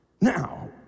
Now